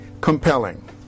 compelling